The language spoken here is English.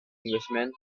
englishman